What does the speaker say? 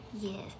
Yes